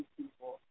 people